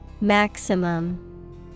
Maximum